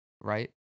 right